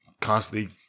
constantly